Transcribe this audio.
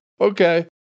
Okay